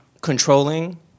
controlling